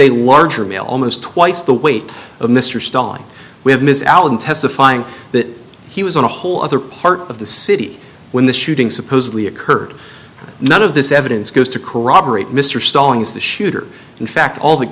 a larger male almost twice the weight of mr stone with ms allen testifying that he was on a whole other part of the city when the shooting supposedly occurred none of this evidence goes to corroborate mr stallings the shooter in fact all that